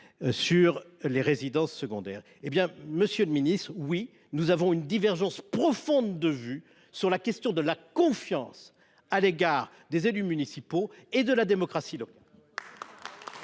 sur les résidences secondaires. Eh bien, monsieur le ministre, oui, nous avons une profonde divergence de vues sur la question de la confiance à accorder aux élus municipaux et à la démocratie locale.